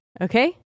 okay